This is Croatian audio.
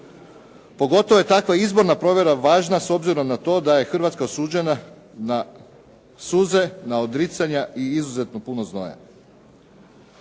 Pogotovo je takva izborna provjera važna s obzirom na to da je Hrvatska osuđena na suze, na odricanja i izuzetno puno znoja.